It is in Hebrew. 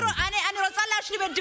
אני רוצה להשלים את דבריי.